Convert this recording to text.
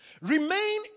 Remain